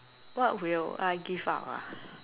what will I give up ah